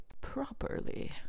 Properly